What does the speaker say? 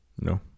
No